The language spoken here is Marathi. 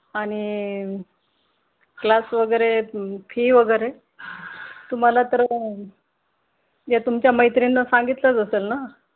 आणि क्लास वगैरे फी वगैरे तुम्हाला तर या तुमच्या मैत्रिणीनं सांगितलंच असेल ना